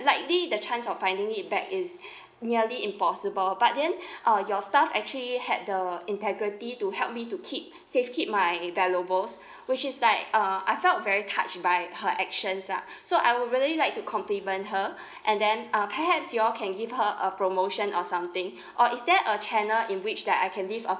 likely the chance of finding it back is nearly impossible but then uh your staff actually had the integrity to help me to keep safe keep my valuables which is like uh I felt very touched by her actions lah so I would really like to compliment her and then uh perhaps you all can give her a promotion or something or is there a channel in which that I can leave a